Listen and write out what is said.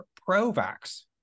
pro-vax